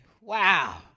Wow